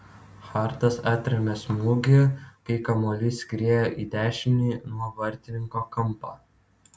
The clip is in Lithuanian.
hartas atrėmė smūgį kai kamuolys skriejo į dešinį nuo vartininko kampą